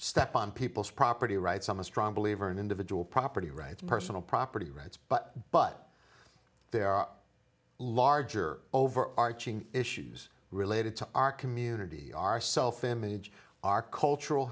step on people's property rights i'm a strong believer in individual property rights personal property rights but but there are larger overarching issues related to our community our self image our cultural